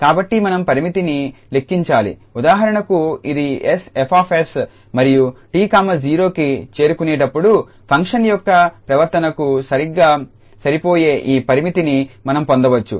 కాబట్టి మనం పరిమితిని లెక్కించాలి ఉదాహరణకు ఇది 𝑠F𝑠 మరియు 𝑡0కి చేరుకునేటప్పుడు ఫంక్షన్ యొక్క ప్రవర్తనకు సరిగ్గా సరిపోయే ఈ పరిమితిని మనం పొందవచ్చు